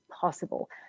possible